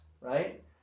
right